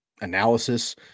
analysis